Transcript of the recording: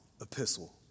epistle